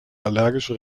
allergische